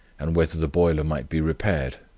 and whether the boiler might be repaired,